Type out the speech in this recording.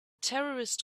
terrorist